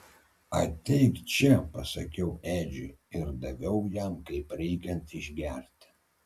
ateik čia pasakiau edžiui ir daviau jam kaip reikiant išgerti